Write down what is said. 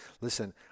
listen